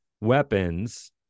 weapons